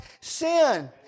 sin